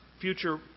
future